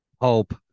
Hope